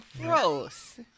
gross